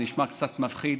זה נשמע קצת מפחיד,